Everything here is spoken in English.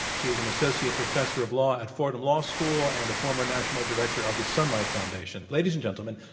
she is an associate professor of law at fordham law school and a former national director of the sunlight foundation. ladies and gentlemen,